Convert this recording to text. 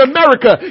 America